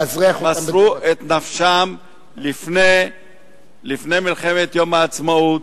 לאזרח אותם ומסרו את נפשם לפני מלחמת יום העצמאות,